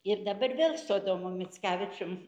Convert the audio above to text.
ir dabar vėl su adomu mickevičium